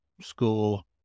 school